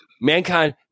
Mankind